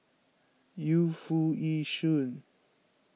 Yu Foo Yee Shoon